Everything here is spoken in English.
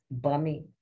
bummy